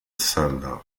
seller